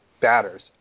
batters